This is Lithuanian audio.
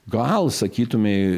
gal sakytumei